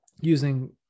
using